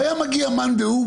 והיה מגיע מאן דהוא,